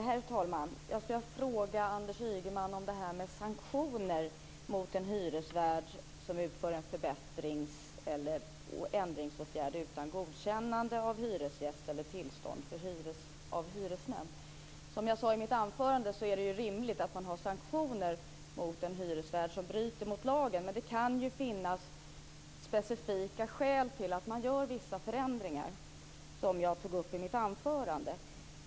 Herr talman! Jag skulle vilja fråga Anders Ygeman om sanktioner mot en hyresvärd som utför en förbättrings eller förändringsåtgärd utan godkännande av hyresgäst eller tillstånd av hyresnämnd. Som jag sade i mitt anförande är det rimligt att man vidtar sanktioner mot en hyresvärd som bryter mot lagen, men det kan finnas specifika skäl till att hyresvärden gör vissa förändringar, som jag tog upp i mitt anförande.